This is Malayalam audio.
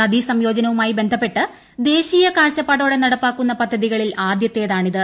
നദീസംയോജനവുമായി ബന്ധ്പ്പെട്ട് ദേശീയ കാഴ്ചപ്പാടോടെ നടപ്പാക്കുന്ന പദ്ധതികളിൽ ആദ്യത്തേതാണിത്